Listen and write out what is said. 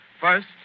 First